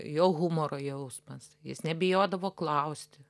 jo humoro jausmas jis nebijodavo klausti